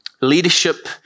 leadership